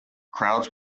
crowds